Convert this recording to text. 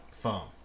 Phone